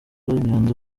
imyanda